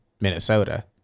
Minnesota